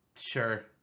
Sure